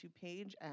page